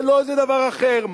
ולא איזה דבר אחר.